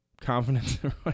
confidence